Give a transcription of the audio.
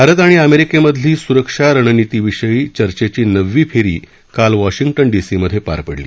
भारत आणि अमेरीकेमधली सुरक्षा रणनितीविषयी चर्चेची नववी फेरी काल वाशिंग्टन डीसी मध्ये पार पडली